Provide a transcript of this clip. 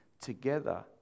together